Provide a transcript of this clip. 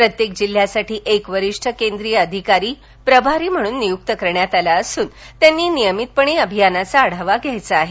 प्रत्येक जिल्ह्यासाठी एक वरिष्ठ केंद्रीय अधिकारी प्रभारी म्हणून नियूक्त करण्यात आला असून त्यांनी नियमितपणे अभियानाचा आढावा घ्यायचा आहे